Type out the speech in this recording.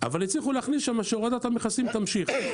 אבל הצליחו להכניס שם שהורדת המכסים תמשיך.